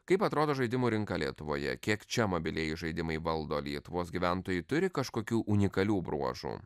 kaip atrodo žaidimų rinka lietuvoje kiek čia mobilieji žaidimai valdo lietuvos gyventojai turi kažkokių unikalių bruožų